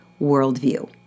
worldview